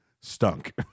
stunk